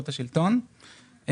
בבקשה.